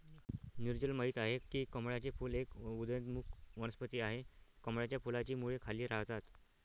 नीरजल माहित आहे की कमळाचे फूल एक उदयोन्मुख वनस्पती आहे, कमळाच्या फुलाची मुळे खाली राहतात